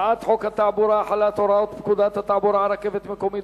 הצעת חוק התעבורה (החלת הוראות פקודת התעבורה על רכבת מקומית,